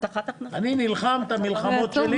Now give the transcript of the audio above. אני נלחם את המלחמות שלי,